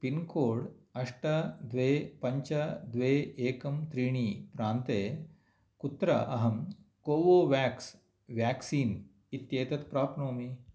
pincode अष्ट द्वे पञ्च द्वे एकम् त्रीणि प्रान्ते कुत्र अहं कोवोवेक्सीन् इत्येतत् प्राप्नोमि